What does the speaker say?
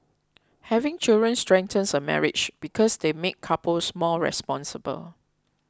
having children strengthens a marriage because they make couples more responsible